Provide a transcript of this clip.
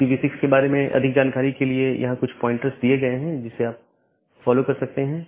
IPv6 के बारे में अधिक जानकारी के लिए यहां कुछ प्वाइंटर दिए गए हैं जिन्हें आप फॉलो कर सकते हैं